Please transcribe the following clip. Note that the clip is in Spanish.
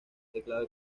teclado